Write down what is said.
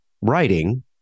writing